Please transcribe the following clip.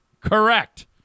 correct